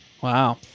Wow